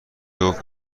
جفت